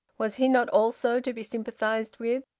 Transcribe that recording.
was he not also to be sympathised with?